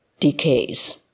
decays